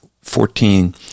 fourteen